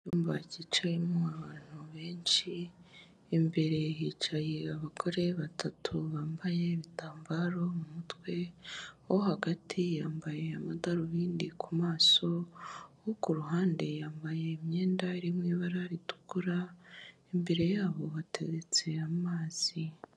Icyumba cyicayemo abantu benshi, imbere hicaye abagore batatu bambaye ibitambaro mu mutwe, uwo hagati yambaye amadarubindi ku maso, uwo ku ruhande yambaye imyenda iri mu ibara ritukura, imbere yabo hateretse amazi.